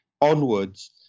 onwards